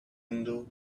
undo